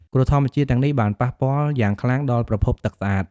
គ្រោះធម្មជាតិទាំងនេះបានប៉ះពាល់យ៉ាងខ្លាំងដល់ប្រភពទឹកស្អាត។